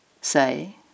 say